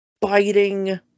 biting